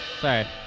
Sorry